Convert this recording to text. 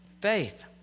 faith